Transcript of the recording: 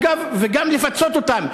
ואגב גם לפצות אותם.